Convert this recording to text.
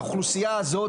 האוכלוסיה הזאת,